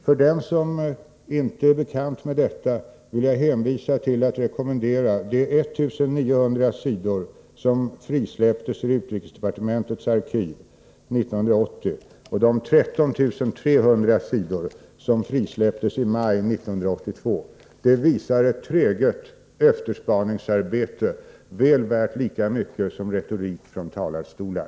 För den som inte är bekant med detta vill jag hänvisa till de 1900 sidor som frisläpptes ur utrikesdepartementets arkiv 1980 och de 13300 sidor som frisläpptes i maj 1982. De beskriver ett träget efterforskningsarbete, som är värt lika mycket som retorik från talarstolar.